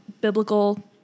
biblical